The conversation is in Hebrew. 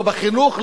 לא בחינוך,